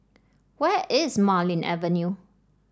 where is Marlene Avenue